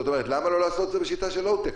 למה לא לעשות את זה בשיטה של לואו-טק.